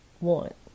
want